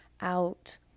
out